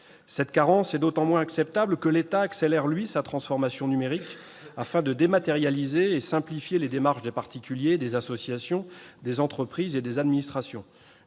Cette carence est d'autant moins acceptable que l'État, lui, accélère sa transformation numérique, afin de dématérialiser et de simplifier les démarches des particuliers, des associations, des entreprises et des administrations.